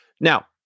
Now